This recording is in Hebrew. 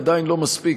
זה עדיין לא מספיק,